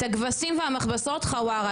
את הכבשים ואת המכבסות חווארה,